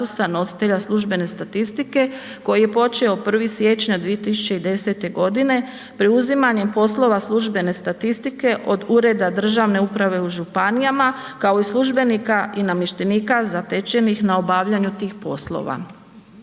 nositelja službene statistike koji je počeo 1. siječnja 2010. godine preuzimanjem poslova službene statistike od ureda državne uprave u županijama kao i službenika i namještenika zatečenih na obavljanju tih poslova.